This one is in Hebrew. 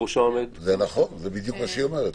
זה נכון, זה בדיוק מה שהיא אומרת.